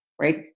right